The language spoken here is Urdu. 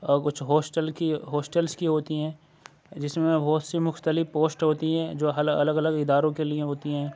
اور کچھ ہاسٹل کی ہاسٹلس کی ہوتی ہیں جس میں بہت سی مختلف پوسٹ ہوتی ہیں جو الگ الگ اداروں کے لیے ہوتی ہیں